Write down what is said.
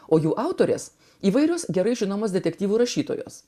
o jų autorės įvairios gerai žinomos detektyvų rašytojos